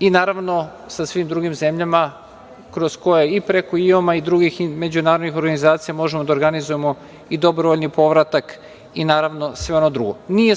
i naravno sa svim drugim zemljama kroz koje i preko IOM-a i drugih međunarodnih organizacija možemo da organizujemo i dobrovoljni povratak i naravno sve ono drugo. Nije